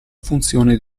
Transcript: funzione